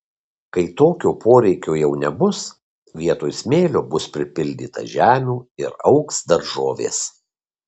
kai tokio poreikio jau nebus vietoj smėlio bus pripildyta žemių ir augs daržovės